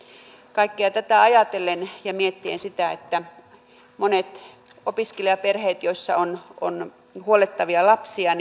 kaikkea tätä ajatellen ja miettien sitä että monet opiskelijaperheet joissa on on huollettavia lapsia